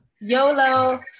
YOLO